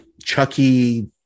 chucky